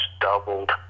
doubled